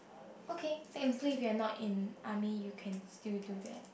okay technically if you are not in army you can still do that